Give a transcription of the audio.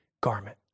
garment